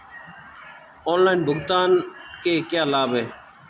Online भुगतान के क्या लाभ हैं?